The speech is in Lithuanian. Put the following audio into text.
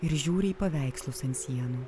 ir žiūri į paveikslus ant sienų